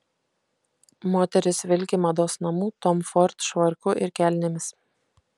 moteris vilki mados namų tom ford švarku ir kelnėmis